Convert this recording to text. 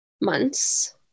months